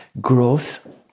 growth